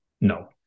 No